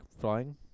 flying